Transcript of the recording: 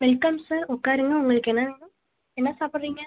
welcome sir உட்காருங்க உங்களுக்கு என்ன வேணும் என்ன சாப்புடுறீங்க